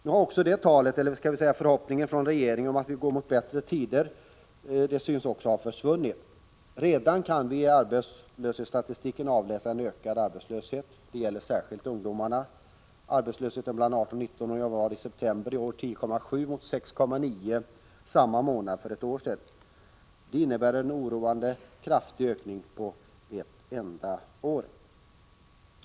Nu har också talet, eller skall vi säga förhoppningen, från regeringen om att vi går mot bättre tider försvunnit. Redan kan vi i arbetslöshetsstatistiken avläsa en ökad arbetslöshet. Det gäller särskilt ungdomarna. Arbetslösheten bland 18-19-åringarna var i september i år 10,7 26 mot 6,9 70 samma månad för ett år sedan. Det innebär en oroande kraftig ökning på ett enda år.